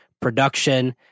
production